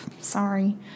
Sorry